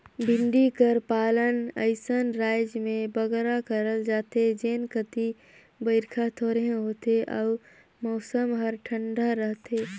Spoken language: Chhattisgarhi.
भेंड़ी कर पालन अइसन राएज में बगरा करल जाथे जेन कती बरिखा थोरहें होथे अउ मउसम हर ठंडा रहथे